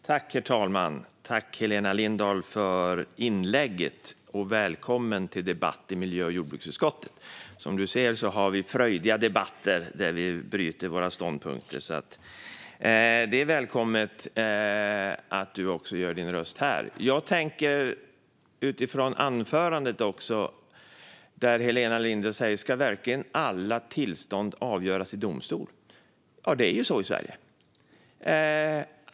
Herr talman! Tack för inlägget, Helena Lindahl, och välkommen till debatten i miljö och jordbruksutskottet! Som du ser har vi frejdiga debatter där vi bryter ståndpunkter mot varandra, och det är välkommet att du också gör din röst hörd här. I sitt anförande sa Helena Lindahl: Ska verkligen alla tillstånd avgöras i domstol? Ja, det är ju så i Sverige.